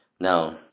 Now